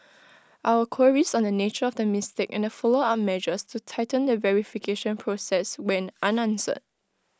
our queries on the nature of the mistake and the follow up measures to tighten the verification process went unanswered